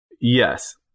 Yes